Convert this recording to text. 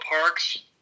Parks